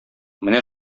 менә